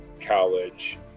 college